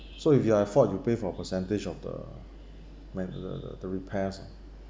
so if you are at fault you pay for percentage of the main~ uh the the repairs uh